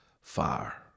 fire